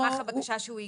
על סמך הבקשה שהוא הגיש.